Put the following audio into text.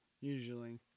usually